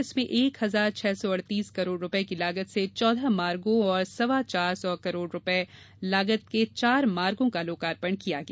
इसमें एक हजार छह सौ अडतिस करोड रुपये की लागत से चौदह मार्गो और सवा चार सौ करोड़ रुपये लागत के चार मार्गो का लोकार्पण किया गया